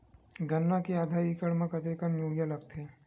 गन्ना के आधा एकड़ म कतेकन यूरिया लगथे?